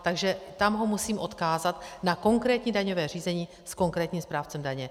Takže tam ho musím odkázat na konkrétní daňové řízení s konkrétním správcem daně.